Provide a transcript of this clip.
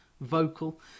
vocal